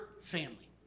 family